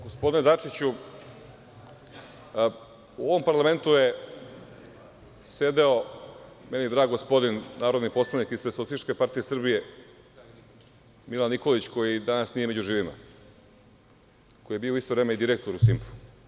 Gospodine Dačiću, u ovom parlamentu je sedeo meni drag gospodin, narodni poslanik, ispred SPS, Milan Nikolić koji danas nije među živima, koji je bio u isto vreme i direktor u „Simpu“